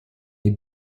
est